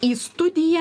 į studiją